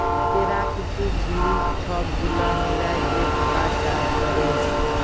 পেরাকিতিক জিলিস ছব গুলা মিলায় যে খাবার চাষ ক্যরে